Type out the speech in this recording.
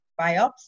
biopsy